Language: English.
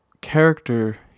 character